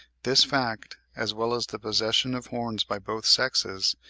this fact, as well as the possession of horns by both sexes,